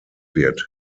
wird